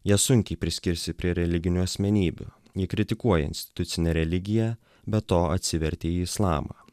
ją sunkiai priskirsi prie religinių asmenybių ji kritikuoja institucinę religiją be to atsivertė į islamą